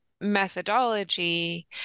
methodology